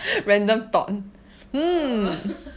err